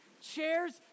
chairs